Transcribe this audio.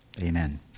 Amen